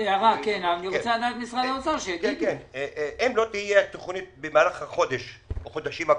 אם לא תהיה תוכנית בחודשים הקרובים,